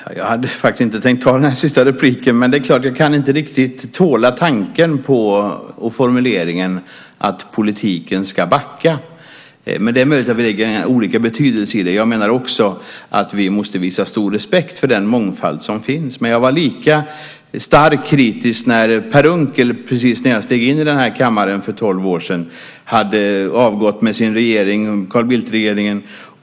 Fru talman! Jag hade faktiskt inte tänkt ta den här sista repliken, men jag kan inte riktigt tåla tanken på, och formuleringen, att politiken ska backa. Men det är möjligt att vi lägger olika betydelse i det. Jag menar också att vi måste visa stor respekt för den mångfald som finns. Men jag var lika starkt kritisk när Per Unckel, precis när jag steg in i den här kammaren för tolv år sedan, hade avgått med sin regering, Carl Bildt-regeringen.